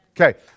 Okay